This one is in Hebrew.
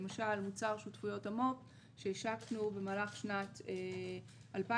למשל מוצר שותפויות המו"פ שהשקנו במהלך שנת 2019,